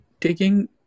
taking